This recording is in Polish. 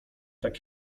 tak